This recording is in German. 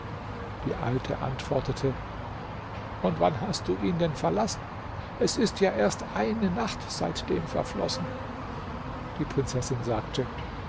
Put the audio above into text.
die alte antwortete und wann hast du ihn denn verlassen es ist ja erst eine nacht seitdem verflossen die prinzessin sagte